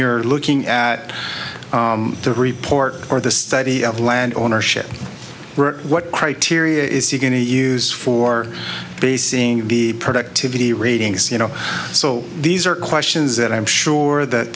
you're looking at the report or the study of land ownership what criteria is you going to use for basing the productivity ratings you know so these are questions that i'm sure that